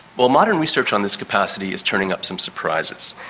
well, modern research on this capacity is turning up some surprises.